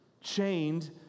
chained